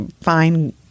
fine